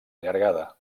allargada